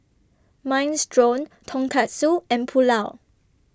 Minestrone Tonkatsu and Pulao